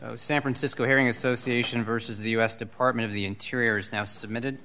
so san francisco hearing association versus the u s department of the interior's now submitted